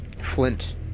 Flint